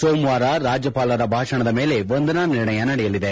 ಸೊಮವಾರ ರಾಜ್ಯಪಾಲರ ಭಾಷಣದ ಮೇಲೆ ವಂದನಾ ನಿರ್ಣಯ ನಡೆಯಲಿದೆ